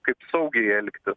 kaip saugiai elgtis